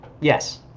Yes